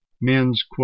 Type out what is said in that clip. Men's